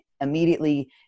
immediately